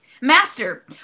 Master